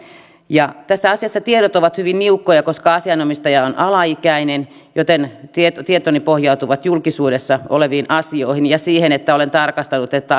tässä asiassa tiedot ovat hyvin niukkoja koska asianomistaja on alaikäinen joten tietoni tietoni pohjautuvat julkisuudessa oleviin asioihin ja siihen että olen tarkastanut että